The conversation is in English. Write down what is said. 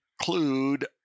include